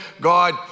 God